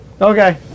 Okay